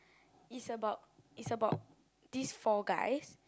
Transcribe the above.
is about is about this four guys